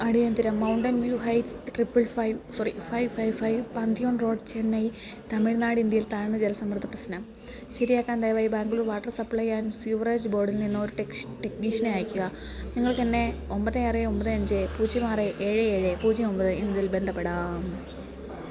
അടിയന്തരം mountain view heights triple five sorry five five five pantheon road Chennai Tamil Nadu ഇന്ത്യയിൽ താഴ്ന്ന ജലസമ്മർദ്ദ പ്രശ്നം ശരിയാക്കാൻ ദയവായി Bangalore water supply and sewerage ബോർഡിൽ നിന്നൊരു ടെക്നീഷ്യനെ അയയ്ക്കുക നിങ്ങൾക്കെന്നെ ഒമ്പത് ആറ് ഒമ്പത് അഞ്ച് പൂജ്യം ആറ് ഏഴ് ഏഴ് പൂജ്യം ഒമ്പത് എന്നതിൽ ബന്ധപ്പെടാം